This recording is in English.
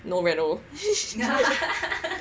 no reno